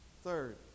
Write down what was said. Third